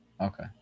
Okay